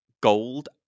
gold